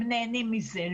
הם נהנים מזה.